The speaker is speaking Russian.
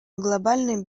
глобальной